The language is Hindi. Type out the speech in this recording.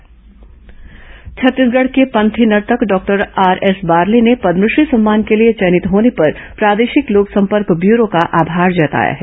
आरएस बारले पद्मश्री सम्मान छत्तीसगढ़ के पंथी नर्तक डॉक्टर आरएस बारले ने पद्मश्री सम्मान के लिए चयनित होने पर प्रादेशिक लोकसंपर्क ब्यूरो का आभार जताया है